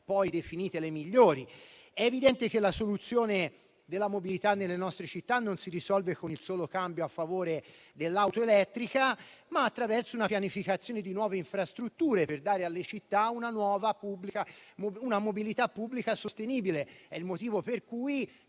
poi definite le migliori. È evidente che la questione della mobilità nelle nostre città non si risolve con il solo cambio a favore dell'auto elettrica, ma attraverso una pianificazione di nuove infrastrutture per dare alle città una mobilità pubblica sostenibile. È il motivo per cui